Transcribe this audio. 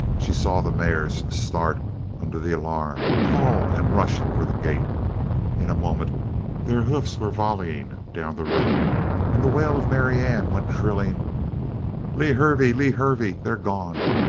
she saw the mares start under the alarm-call and rush for the gate in a moment their hoofs were volleying down the road and the wail of marianne went shrilling lew hervey! lew hervey! they're gone!